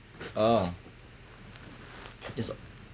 uh it's